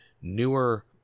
newer